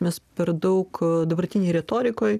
mes per daug dabartinėj retorikoj